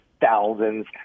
thousands